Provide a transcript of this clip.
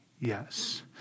Yes